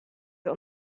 wir